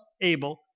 able